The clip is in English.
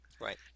Right